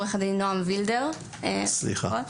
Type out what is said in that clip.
בבקשה.